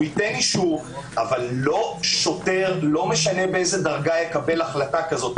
הוא ייתן אישור אבל לא שוטר לא משנה באיזו דרגה יקבל החלטה כזאת.